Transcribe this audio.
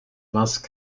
must